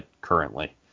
currently